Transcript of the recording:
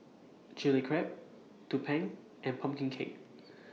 Chili Crab Tumpeng and Pumpkin Cake